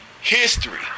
History